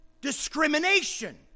discrimination